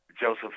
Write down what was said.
Joseph